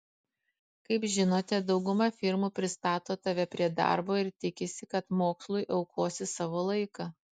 kaip žinote dauguma firmų pristato tave prie darbo ir tikisi kad mokslui aukosi savo laiką